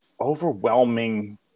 overwhelming